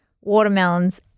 watermelons